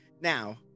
Now